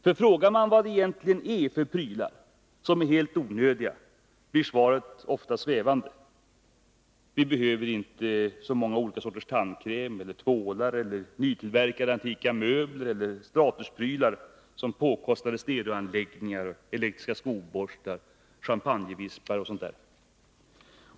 Frågar man vad det egentligen är för prylar som är helt onödiga, blir svaret ofta svävande: Vi behöver inte så många olika sorters tandkräm och tvålar, nytillverkade antika möbler eller statusprylar som påkostade stereoanläggningar, elektriska skoborstar, champagnevispar m.m.